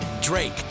Drake